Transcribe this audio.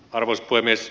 arvoisa puhemies